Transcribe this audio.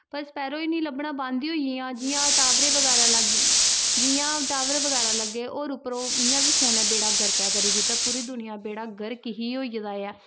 पर स्पैरो ही निं लब्भना बंद ही होई गेइयां जि'यां टावर बगैरा लग्गे जियां टावर बगैरा लग्गे होर उप्परो इ'यां बी फोनै बेड़ा गर्क ऐ करी दित्ता पूरी दुनिया बेड़ा गर्क ही होई गेदा ऐ